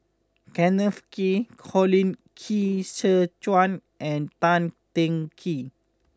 Kenneth Kee Colin Qi Zhe Quan and Tan Teng Kee